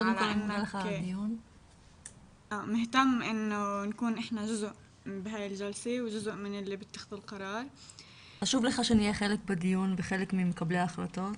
תודה על הדיון ועל כך שחשוב לך שנהיה חלק בדיון וחלק ממקבלי ההחלטות.